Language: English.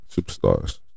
superstars